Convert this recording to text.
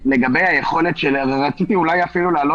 שלו?